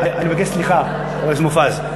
אני מבקש סליחה, חבר הכנסת מופז.